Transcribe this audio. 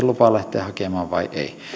lupaa lähteä hakemaan vai ei